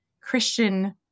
Christian